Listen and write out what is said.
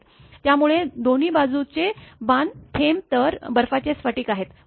त्यामुळे दोन्ही बाजूचे बाण थेंब तर बर्फाचे स्फटिक आहेत बरोबर